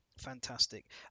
fantastic